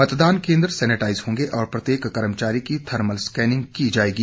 मतदान केंद्र सेनेटाइज होंगे और प्रत्येक कर्मचारी की थमर्ल स्केनिंग की जाएगी